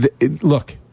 Look